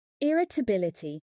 Irritability